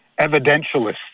evidentialists